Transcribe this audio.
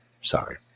Sorry